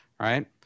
right